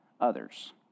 others